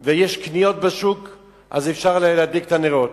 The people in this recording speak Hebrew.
בשוק ויש קניות בשוק אפשר להדליק את הנרות,